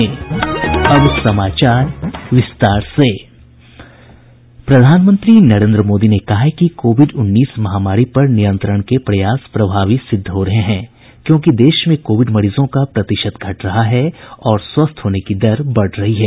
प्रधानमंत्री नरेन्द्र मोदी ने कहा है कि कोविड उन्नीस महामारी पर नियंत्रण के प्रयास प्रभावी सिद्ध हो रहे हैं क्योंकि देश में कोविड मरीजों का प्रतिशत घट रहा है और स्वस्थ होने की दर बढ़ रही है